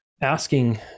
asking